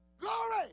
Glory